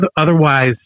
otherwise